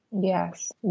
Yes